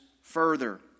further